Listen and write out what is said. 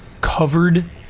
covered